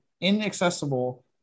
inaccessible